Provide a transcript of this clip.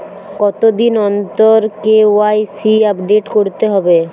কতদিন অন্তর KYC update করতে হবে?